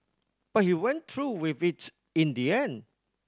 but he went through with it in the end